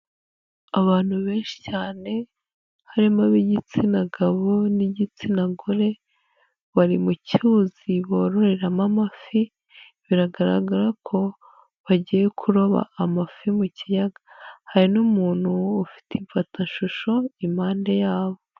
Abantu benshi cyane harimo ab'igitsina gabo n'igitsina gore, bari mu cyuzi bororeramo amafi biragaragara ko bagiye kuroba amafi mu kiyaga, hari n'umuntu ufite imfatashusho impande yabo.